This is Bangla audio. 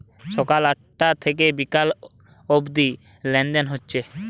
সকাল আটটা থিকে বিকাল অব্দি লেনদেন হচ্ছে